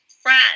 friend